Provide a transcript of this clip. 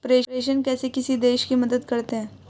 प्रेषण कैसे किसी देश की मदद करते हैं?